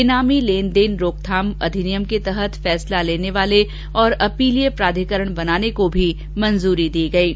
बेनामी लेनदेन रोकथाम अधिनियम के तहत फैसला लेने वाले और अपीलीय प्राधिकरण बनाने को भी स्वीकृ ति दी गई है